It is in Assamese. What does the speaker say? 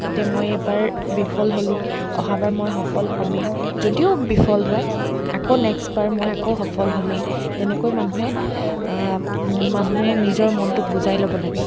যাতে মই এবাৰ বিফল হ'লোঁ অহাবাৰ মই সফল হমেই যদিও বিফল হয় আকৌ নেক্সট বাৰ মই আকৌ সফল হমেই তেনেকৈ মানুহে মানুহে নিজৰ মনটোক বুজাই ল'ব লাগে